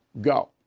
Go